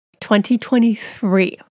2023